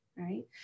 right